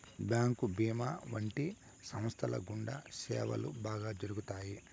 bank భీమా వంటి సంస్థల గుండా సేవలు బాగా జరుగుతాయి